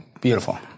beautiful